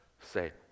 say